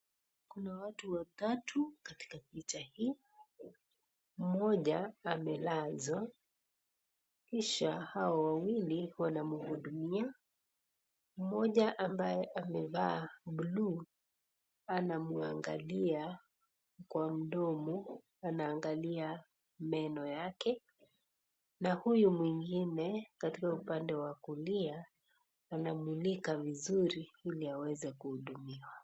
Kuna watu watatu katika picha hii. Mmoja amelazwa kisha hao wawili wanahudumia. Mmoja ambaye amevaa bluu anamwangalia kwa mdomo, anaangalia meno yake na huyu mwengine katika upande wa kulia anamulika vizuri ili aweze kuhudumiwa.